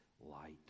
light